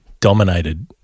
dominated